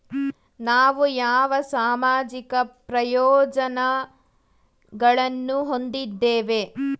ನಾವು ಯಾವ ಸಾಮಾಜಿಕ ಪ್ರಯೋಜನಗಳನ್ನು ಹೊಂದಿದ್ದೇವೆ?